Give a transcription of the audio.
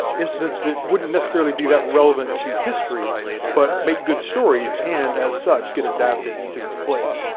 incidents that wouldn't necessarily be that relevant to history but make good stories and as such get adapted into these plays.